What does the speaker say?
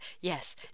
yes